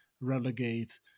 relegate